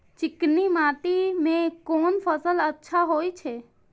चिकनी माटी में कोन फसल अच्छा होय छे?